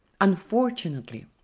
Unfortunately